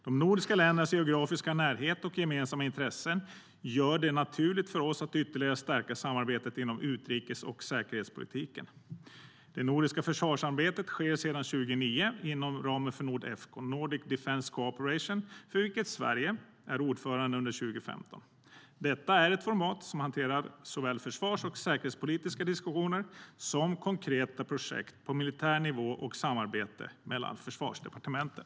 De nordiska ländernas geografiska närhet och gemensamma intressen gör det naturligt för oss att ytterligare stärka samarbetet inom utrikes och säkerhetspolitiken. Det nordiska försvarssamarbetet sker sedan 2009 inom ramen för Nordefco - Nordic Defence Cooperation - för vilket Sverige är ordförande under 2015. Detta är ett format som hanterar såväl försvars och säkerhetspolitiska diskussioner som konkreta projekt på militär nivå och samarbete mellan försvarsdepartementen.